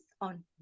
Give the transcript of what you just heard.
on